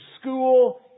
school